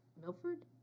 Milford